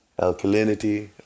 alkalinity